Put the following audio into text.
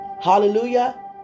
Hallelujah